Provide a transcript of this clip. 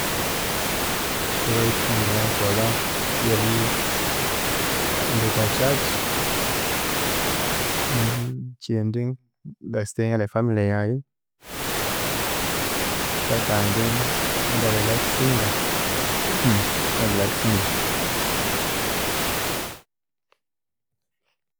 Favorite thing eyangakolha ryeri ghenda okwachurch kyindi ingastayinga nefamily yayi, kyakandi ingarelaxinga ingarelaxinga.